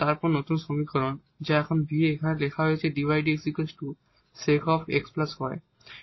তারপর নতুন সমীকরণ যা এখন v এখানে লেখা হয়েছে dydx sec x y